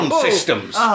systems